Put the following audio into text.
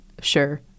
sure